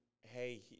hey